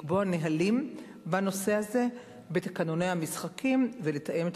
לקבוע נהלים בנושא הזה בתקנוני המשחקים ולתאם את